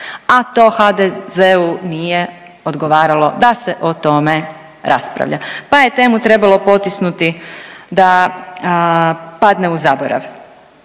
a to HDZ-u nije odgovaralo da se o tome raspravlja pa je temu trebalo potisnuti da padne u zaborav.